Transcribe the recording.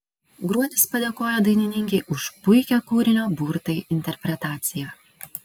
gruodis padėkojo dainininkei už puikią kūrinio burtai interpretaciją